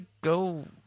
go